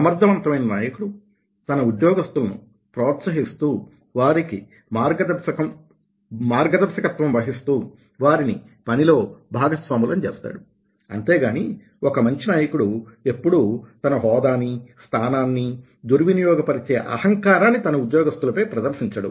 సమర్థవంతమైన నాయకుడు తన ఉద్యోగస్తులను ప్రోత్సహిస్తూ వారికి మార్గ దర్శకత్వం వహిస్తూ వారిని పనిలో భాగస్వాములని చేస్తాడు అంతేగాని ఒక మంచి నాయకుడు ఎప్పుడూ తన హోదానీ స్థానాన్నీ దుర్వినియోగ పరిచే అహంకారాన్ని తన ఉద్యోగస్తుల పై ప్రదర్శించడు